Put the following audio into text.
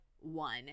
one